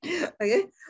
Okay